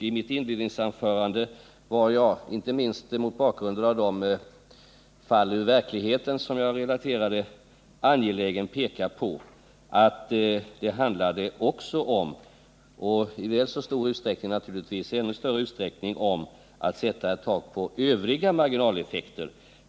I mitt inledningsanförande var jag, inte minst mot bakgrund av de fall ur verkligheten som jag relaterade, angelägen att peka på att det också och i ännu större utsträckning handlar om att sätta ett tak på övriga marginaleffekter.